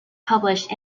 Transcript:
published